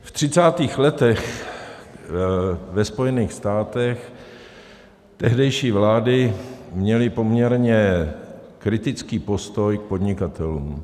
V třicátých letech ve Spojených státech tehdejší vlády měly poměrně kritický postoj k podnikatelům.